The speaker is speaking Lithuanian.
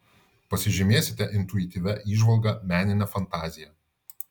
pasižymėsite intuityvia įžvalga menine fantazija